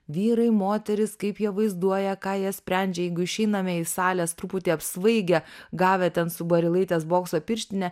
vyrai moterys kaip jie vaizduoja ką jie sprendžia jeigu išeiname iš salės truputį apsvaigę gavę ten su barilaitės bokso pirštine